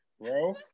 Bro